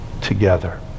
Together